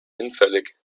hinfällig